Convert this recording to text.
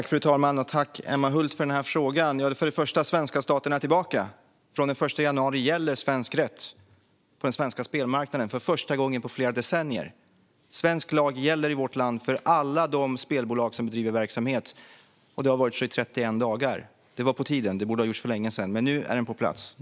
Fru talman! Jag tackar Emma Hult för frågan. Först och främst är den svenska staten tillbaka. Från och med den 1 januari gäller svensk rätt på den svenska spelmarknaden för första gången på flera decennier. Svensk lag gäller i vårt land för alla de spelbolag som bedriver verksamhet. Det har varit så i 31 dagar. Det var på tiden - det borde ha gjorts för länge sedan. Men nu är det på plats.